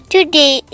Today